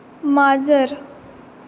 माजर